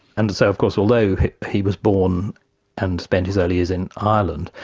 and so of course although he was born and spent his early years in ireland,